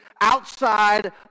outside